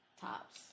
tops